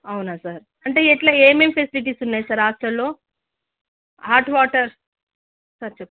అవునా సార్ అంటే ఎట్లా ఏమేమి ఫెసిలిటీస్ ఉన్నాయి సార్ హాస్టల్లో హాట్ వాటర్ సార్ చెప్పండి